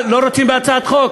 לא רוצים בהצעת חוק?